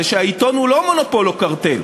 שהעיתון הוא לא מונופול או קרטל.